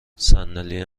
صندلی